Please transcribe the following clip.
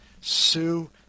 Sue